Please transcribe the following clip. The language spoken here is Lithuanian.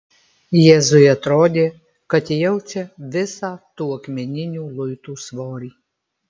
jėzui atrodė kad jaučia visą tų akmeninių luitų svorį